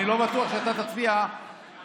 אני לא בטוח שאתה תצביע נגד.